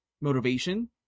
motivation